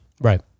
Right